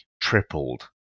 tripled